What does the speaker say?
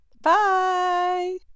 bye